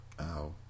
Ow